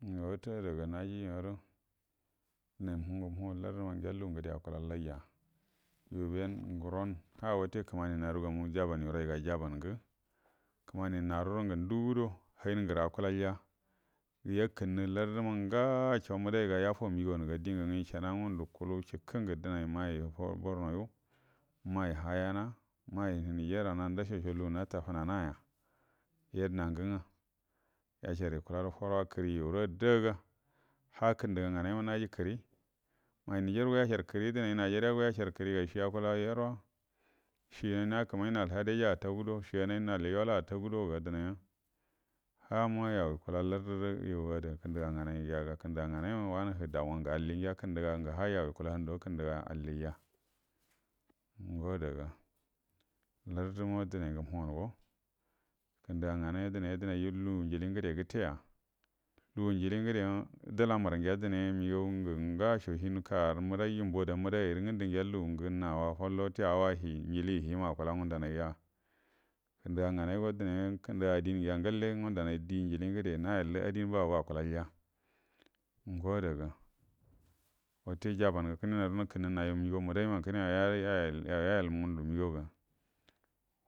Ga wute adaga naji imaru dunaimu ngu mu lack ma ngiya naji lugu ngude akulallaija yu be nguron ha wute kumani naru garu jaban yuraiga jamangu kumani narurungu ndugude han nguru akulalya yakumnu lartu ma ngaacho mudaiga yafa migawanga dingu ishanuga ngundu kulu chiku ngu dunonma fudo borno yu mai haiyana mai niger ana udachosho lugu ngu nata funa naya yadəna ngu nga yashar ykulagu faro kuri yuru addaaga ha kunduga nganaima najina kəri mai niger go yashar kri wai nigeria go yashar kri ga shi akula yauwa shigan hakimai nal hadeja ataude shayanai nol yda ataudoga dine hamu yau yukula larturu yuga ada kundige nganai kunduga nganama wanu hu dauwangu adire kunduga ha yau yukula handu kunduga alija uge adaga lartuma nduna nga mongo kundaga ugane ofine danaju lugu njile ugude nguteya lagu njili ngudema dalamar ngiya dlue migan ngn nga sho hin kaguru wbdaiju mbodan mbudai ngudu nya lungu nawa follo gate awa himadine akula ngundanaija kunduga nganaima dine kuduga adin ngiya ngalle ngundanai di adinngude nayallu adin bago go akulya nge adaga wufe jaban nga kune naru nakunu nayu migau rabudai mangu kune yau gugel ugundah migan ga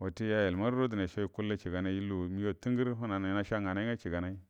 wute yayal marudo ndunaisho gukullu chige nai tungur fananai nasha nganaiya chiganai